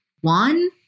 One